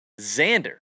Xander